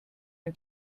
ein